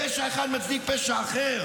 פשע אחד מצדיק פשע אחר?